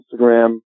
Instagram